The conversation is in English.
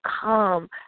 come